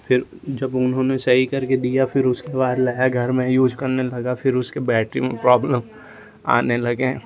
फिर जब उन्होंने सही करके दिया फिर उसने बाद लाया घर में यूज करने लगा फिर उसके बैटरी में प्रोब्लम आने लगे